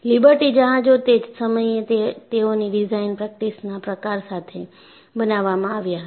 liberty જહાજો તે સમયે તેઓની ડિઝાઇન પ્રેક્ટિસના પ્રકાર સાથે બનાવવામાં આવ્યા હતા